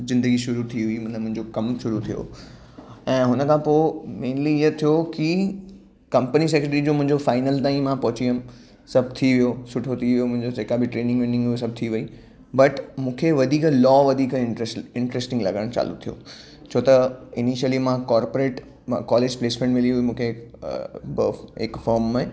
ज़िंदगी शुरु थी हुई मन मुंहिंजो कमु शुरु थियो ऐं उनखां पोइ मेनली ईअं थियो की कंपनी सेक्रेटरी जो मुंहिंजो फाइनल ताईं मां पहुची वियुमि सभु थी वियो सुठो थी वियो मुंहिंजो जेका बि ट्रेनिंग वेनिंग हुई सभु थी वई बट मूंखे वधीक लॉ वधीक इंटरेस्ट इंटरेस्टिंग लॻणु चालू थिओ छो त इनिशयली मां कॉर्पोरेट म कॉलेज प्लेसमेंट मिली हुई मूंखे अ बास हिक फॉम में